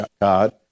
God